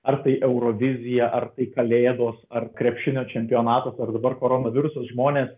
ar tai eurovizija ar tai kalėdos ar krepšinio čempionatas ar dabar koronavirusas žmonės